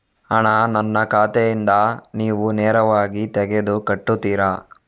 ಹಣ ನನ್ನ ಖಾತೆಯಿಂದ ನೀವು ನೇರವಾಗಿ ತೆಗೆದು ಕಟ್ಟುತ್ತೀರ?